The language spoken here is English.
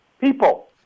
People